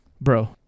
bro